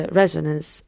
resonance